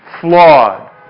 flawed